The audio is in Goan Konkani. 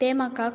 ते म्हाका